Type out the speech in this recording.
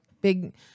big